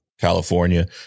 California